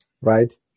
right